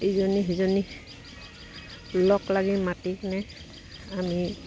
ইজনী সিজনী লগ লাগি মাতি কিনে আমি